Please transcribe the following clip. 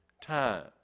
time